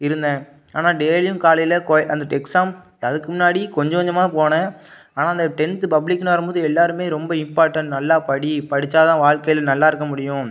இருந்தேன் ஆனால் டெய்லியும் காலையில் கோய் அந்த எக்ஸாம் அதுக்கு முன்னாடி கொஞ்சம் கொஞ்சமாக தான் போனேன் ஆனால் அந்த டென்த்து பப்ளிக்குன்னு வரும் போது எல்லோருமே ரொம்ப இம்பார்டென்ட் நல்லா படி படித்தா தான் வாழ்க்கையில நல்லா இருக்க முடியும்